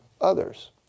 others